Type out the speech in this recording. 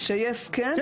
לשייף כן,